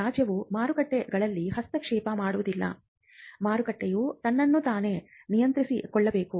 ರಾಜ್ಯವು ಮಾರುಕಟ್ಟೆಗಳಲ್ಲಿ ಹಸ್ತಕ್ಷೇಪ ಮಾಡುವುದಿಲ್ಲ ಮಾರುಕಟ್ಟೆಯು ತನ್ನನ್ನು ತಾನೇ ನಿಯಂತ್ರಿಸಿಕೊಳ್ಳಬೇಕು